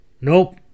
Nope